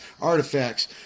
artifacts